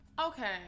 Okay